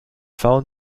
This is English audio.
found